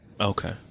Okay